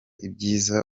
ibyiza